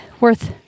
worth